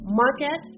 market